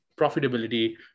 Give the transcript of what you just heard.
profitability